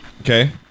Okay